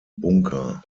bunker